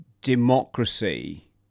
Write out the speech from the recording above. democracy